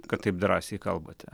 kad taip drąsiai kalbate